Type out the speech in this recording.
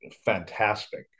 fantastic